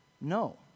no